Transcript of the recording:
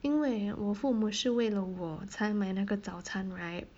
因为我父母是为了我才买那个早餐 right